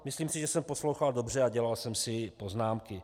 Myslím si, že jsem poslouchal dobře a dělal jsem si poznámky.